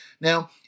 Now